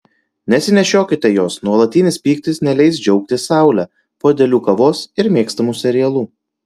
nesinešiokite jos nuolatinis pyktis neleis džiaugtis saule puodeliu kavos ir mėgstamu serialu